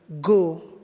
go